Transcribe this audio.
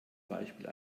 beispiel